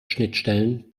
schnittstellen